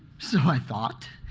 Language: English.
so i thought.